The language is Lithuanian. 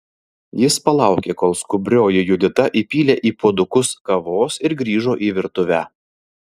jis palaukė kol skubrioji judita įpylė į puodukus kavos ir grįžo į virtuvę